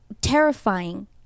terrifying